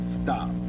stop